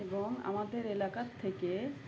এবং আমাদের এলাকার থেকে